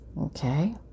Okay